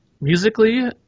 musically